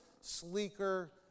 sleeker